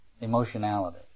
emotionality